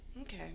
Okay